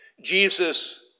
Jesus